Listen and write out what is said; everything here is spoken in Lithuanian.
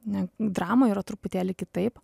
ne dramoj yra truputėlį kitaip